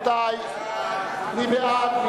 מי בעד?